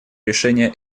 решение